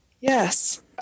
Yes